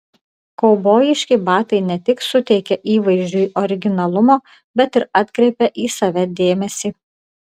kaubojiški batai ne tik suteikia įvaizdžiui originalumo bet ir atkreipia į save dėmesį